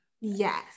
Yes